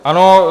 Ano.